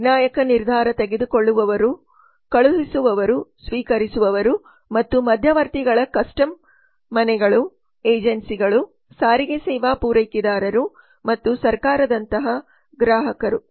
ನಿರ್ಣಾಯಕ ನಿರ್ಧಾರ ತೆಗೆದುಕೊಳ್ಳುವವರು ಕಳುಹಿಸುವವರು ಸ್ವೀಕರಿಸುವವರು ಅಥವಾ ಮಧ್ಯವರ್ತಿಗಳ ಕಸ್ಟಮ್ ಮನೆಗಳು ಏಜೆನ್ಸಿಗಳು ಸಾರಿಗೆ ಸೇವಾ ಪೂರೈಕೆದಾರರು ಮತ್ತು ಸರ್ಕಾರದಂತಹ ಗ್ರಾಹಕರು